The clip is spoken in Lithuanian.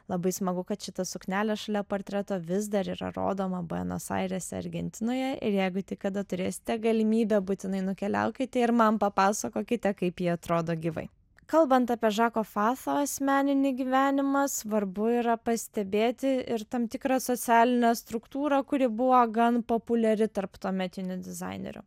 labai smagu kad šita suknelė šalia portreto vis dar yra rodoma buenos airėse argentinoje ir jeigu tik kada turėsite galimybę būtinai nukeliaukite ir man papasakokite kaip ji atrodo gyvai kalbant apie žako faso asmeninį gyvenimą svarbu yra pastebėti ir tam tikrą socialinę struktūrą kuri buvo gan populiari tarp tuometinių dizainerių